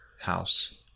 house